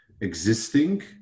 existing